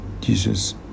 Jesus